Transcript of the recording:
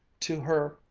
to her,